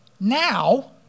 now